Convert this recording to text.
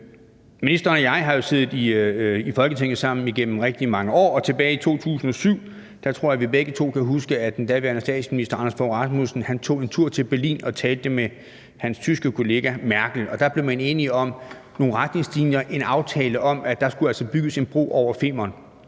Ministeren og jeg har jo siddet i Folketinget sammen igennem rigtig mange år, og jeg tror, at vi begge to kan huske, at tilbage i 2007 tog den daværende statsminister Anders Fogh Rasmussen en tur til Berlin og talte med sin tyske kollega Angela Merkel. Der blev man enige om nogle retningslinjer, en aftale om, at der skulle bygges en bro over Femern,